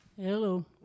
Hello